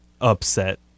upset